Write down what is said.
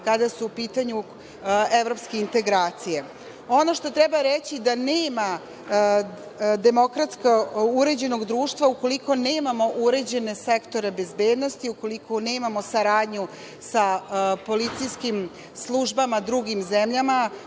kada su u pitanju evropske integracije. Ono što treba reći da nema demokratski uređenog društva ukoliko nemamo uređene sektore bezbednosti, ukoliko nemamo saradnju sa policijskim službama drugih zemalja